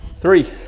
Three